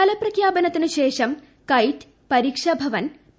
ഫലപ്രഖ്യാപന ത്തിനുശേഷം KITE Pareekshabhavan P